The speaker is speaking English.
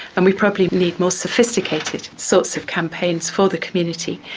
and we probably need more sophisticated sorts of campaigns for the community,